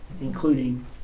including